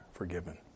forgiven